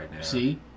See